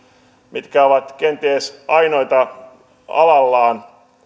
mitkä ovat kenties ainoita alallaan